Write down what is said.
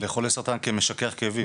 לחולי סרטן כמשכך כאבים.